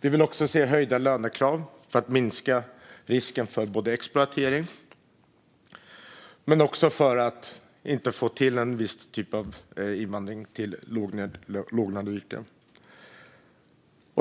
Vi vill också se höjda lönekrav, både för att minska risken för exploatering och för att inte få en viss typ av invandring till låglöneyrken.